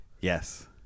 Yes